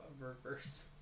reverse